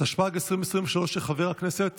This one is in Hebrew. התשפ"ג 2023, של חבר הכנסת